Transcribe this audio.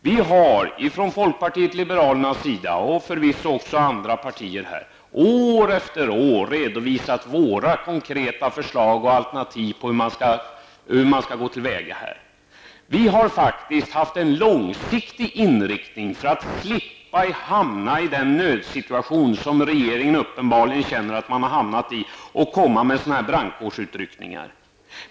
Vi har från folkpartiet liberalernas sida, vilket förvisso gäller även andra partier, år efter år redovisat våra konkreta förslag och alternativ till hur man skall gå till väga i detta sammanhang. Vi har faktiskt haft en långsiktig inriktning för att slippa hamna i den nödsituation som regeringen uppenbarligen känner att den har hamnat i genom att komma med sådana här brandkårsutryckningar.